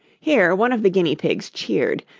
here one of the guinea-pigs cheered,